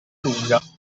lunga